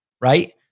Right